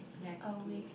hundred and fifty